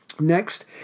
Next